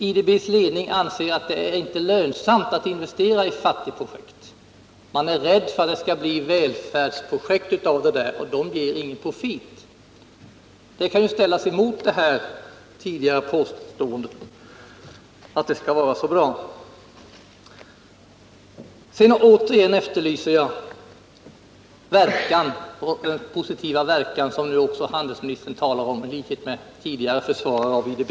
IDB:s ledning anser att det inte är lönsamt att investera i fattigprojekt. De är rädda för att det skall bli välfärdsprojekt av dem — och det ger ingen profit. Detta kan ställas emot det tidigare påståendet att banken skall vara så bra. Jag efterlyser sedan återigen den positiva verkan som nu också handelsministern talar om i likhet med tidigare försvarare av IDB.